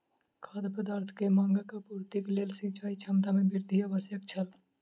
खाद्य पदार्थ के मांगक आपूर्तिक लेल सिचाई क्षमता में वृद्धि आवश्यक छल